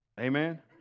Amen